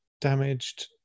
Damaged